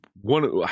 one